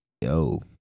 yo